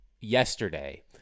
yesterday